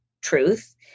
truth